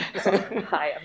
Hi